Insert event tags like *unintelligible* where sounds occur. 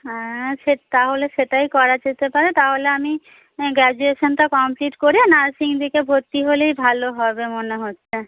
হ্যাঁ *unintelligible* তাহলে সেটাই করা যেতে পারে তাহলে আমি গ্র্যাজুয়েশনটা কমপ্লিট করে নার্সিং দিকে ভর্তি হলেই ভালো হবে মনে হচ্ছে